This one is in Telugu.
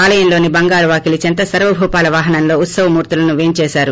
ఆలయంలోని బంగారు వాకిలీ చెంత సర్వభూపాల వాహనంలో ఉత్సవమూర్తులు పేంచేశారు